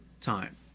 time